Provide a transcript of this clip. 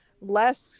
less